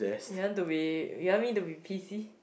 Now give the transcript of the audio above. you want to be you want me to be P_C